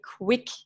quick